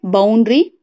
Boundary